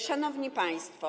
Szanowni Państwo!